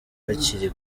bakiri